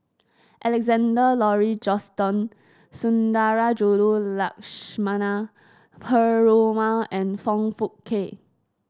Alexander Laurie Johnston Sundarajulu Lakshmana Perumal and Foong Fook Kay